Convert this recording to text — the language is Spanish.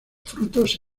frutos